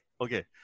Okay